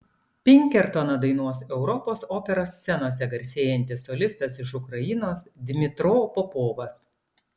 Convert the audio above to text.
pinkertoną dainuos europos operos scenose garsėjantis solistas iš ukrainos dmytro popovas